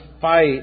fight